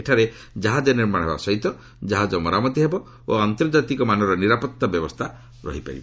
ଏଠାରେ ଜାହାଜ ନିର୍ମାଣ ହେବା ସହିତ ଜାହାକ ମରାମତି ହେବ ଓ ଆନ୍ତର୍ଜାତିକ ମାନର ନିରାପତ୍ତା ବ୍ୟବସ୍ଥା ରହିବ